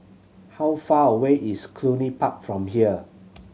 how far away is Cluny Park from here